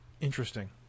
Interesting